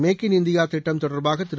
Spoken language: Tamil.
மேக் இன் இந்தியா திட்டம் தொடர்பாக திரு